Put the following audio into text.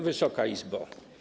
Wysoka Izbo!